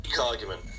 argument